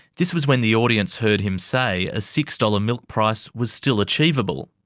this was when the audience heard him say a six dollars milk price was still achievable.